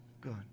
good